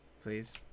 please